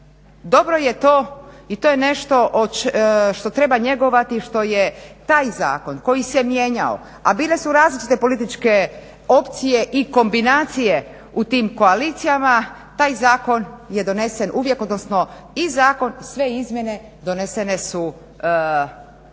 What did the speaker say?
Dobro je to i to je nešto što treba njegovati i što je taj zakon koji se mijenjao, a bile su različite političke opcije i kombinacije u tim koalicijama, taj zakon je donesen uvijek, odnosno i zakon, sve izmjene donesene su